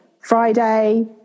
friday